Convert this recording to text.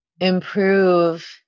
improve